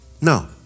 no